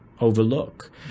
overlook